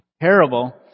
parable